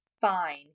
Fine